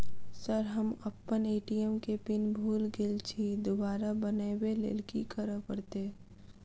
Sir हम अप्पन ATM केँ पिन भूल गेल छी दोबारा बनाबै लेल की करऽ परतै?